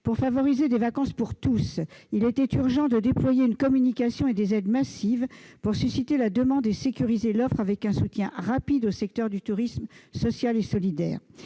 Pour favoriser des vacances pour tous, il était pourtant urgent de déployer une communication et des aides massives de manière à susciter la demande et à sécuriser l'offre, avec un soutien rapide au secteur du tourisme social et solidaire.